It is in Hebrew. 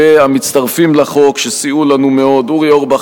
והמצטרפים לחוק שסייעו לנו מאוד: אורי אורבך,